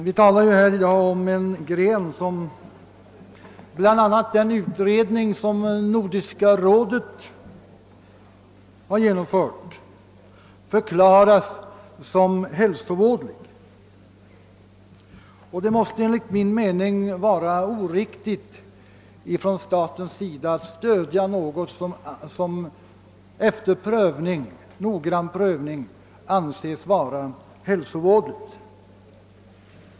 Vi talar i dag om en gren som bl.a. i en genom Nordiska rådets försorg genomförd utredning förklarats vara hälsovådlig, och det är enligt min mening oriktigt att staten stöder något som efter noggrann prövning fått en sådan beteckning.